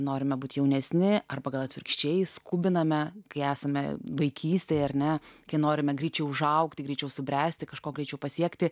norime būt jaunesni ar gal atvirkščiai skubiname kai esame vaikystėj ar ne kai norime greičiau užaugti greičiau subręsti kažko greičiau pasiekti